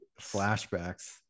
flashbacks